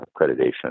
accreditation